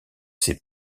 ses